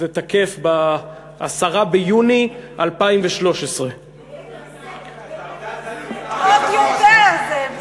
וזה תקף ב-10 ביוני 2013. ביתר שאת, עוד יותר זה.